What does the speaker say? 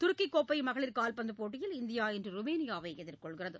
துருக்கி கோப்பைக்கான மகளிர் கால்பந்து போட்டியில் இந்தியா இன்று ருமேனியாவை எதிர்கொள்கிறது